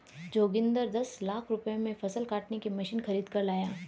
जोगिंदर दस लाख रुपए में फसल काटने की मशीन खरीद कर लाया